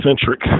centric